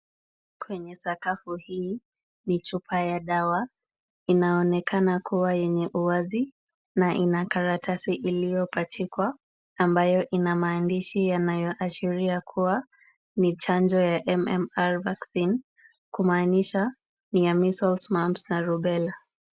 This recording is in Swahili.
Kwenye sakafu hii ni chupa ya dawa. Inaonekana kuwa yenye uwazi na ina karatasi iliyopachikwa ambayo ina maandishi yanayoashiria kuwa ni chanjo ya MMR vaccine. Kumaanisha ni ya measles, mumps na rubella .